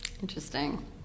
Interesting